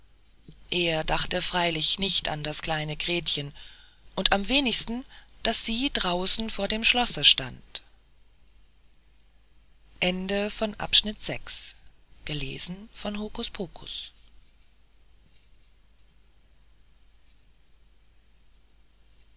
er dachte freilich nicht an das kleine gretchen und am wenigsten daß sie draußen vor dem schloß stand